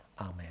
Amen